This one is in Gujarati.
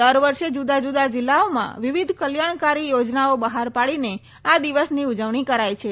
દર વર્ષે જુદા જુદા જિલ્લાઓમાં વિવિધ કલ્યાણકારી યોજનાઓ બહાર પાડીને આ દિવસની ઉજવણી કરાય છે